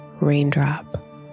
raindrop